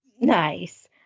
Nice